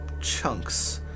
Chunks